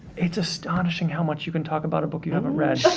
it's astonishing how much you can talk about a book you haven't read.